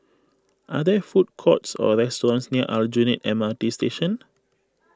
are there food courts or restaurants near Aljunied M R T Station